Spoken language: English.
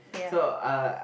so uh